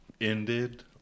ended